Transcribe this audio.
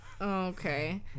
Okay